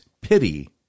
pity